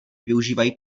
využívají